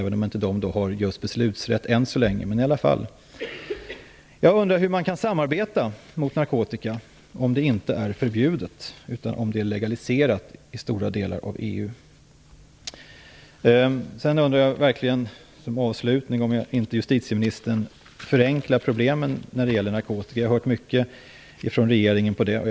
EU-parlamentet har visserligen inte någon beslutanderätt än så länge, men det är i alla fall anmärkningsvärt. Jag undrar hur man kan samarbeta mot narkotika om den inte är förbjuden utan legaliserad i stora delar av EU. Till sist undrar jag om inte justitieministern förenklar narkotikaproblemen. Jag har hört mycket ifrån regeringen som tyder på det.